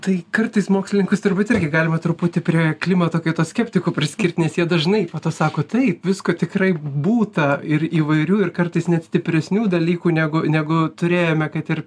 tai kartais mokslininkus turbūt irgi galima truputį prie klimato kaitos skeptikų priskirti nes jie dažnai po to sako taip visko tikrai būta ir įvairių ir kartais net stipresnių dalykų negu negu turėjome kad ir